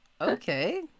Okay